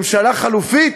ממשלה חלופית,